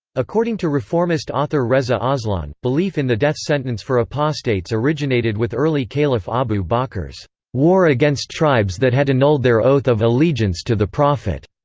according to reformist author reza aslan, belief in the death sentence for apostates originated with early caliph abu bakr's bakr's war against tribes that had annulled their oath of allegiance to the prophet.